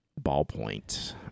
ballpoint